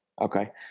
Okay